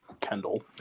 Kendall